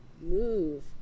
move